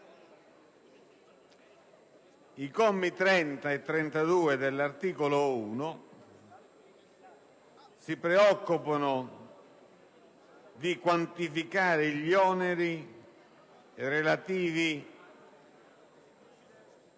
I commi da 30 a 32 dell'articolo 1, si preoccupano di quantificare gli oneri recati